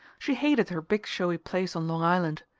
she hated her big showy place on long island,